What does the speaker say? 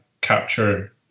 capture